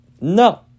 No